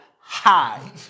hi